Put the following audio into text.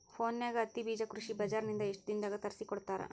ಫೋನ್ಯಾಗ ಹತ್ತಿ ಬೀಜಾ ಕೃಷಿ ಬಜಾರ ನಿಂದ ಎಷ್ಟ ದಿನದಾಗ ತರಸಿಕೋಡತಾರ?